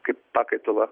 kaip pakaitalą